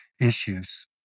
issues